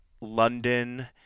London